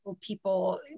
people